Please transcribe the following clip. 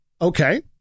Okay